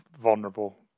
vulnerable